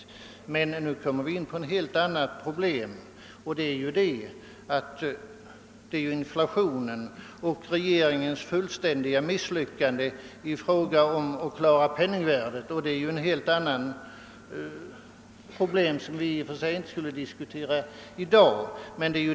Men i detta sammanhang kommer vi in på ett helt annat problem, nämligen inflationen och rege ringens fullständiga misslyckande när det gäller att klara penningvärdet, och det skulle vi ju inte i och för sig diskutera i dag.